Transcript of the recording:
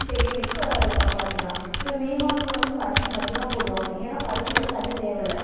ஸ்டெடியாக நிற்கும் அது அதனால் காப்பாற்றிக்கலாம் இப்போ மே மாசம் வந்து பருத்திக்கு மட்டும் தான் போடுவாங்க ஏன்னால் பருத்திக்கு வந்து தண்ணி தேவையில்லை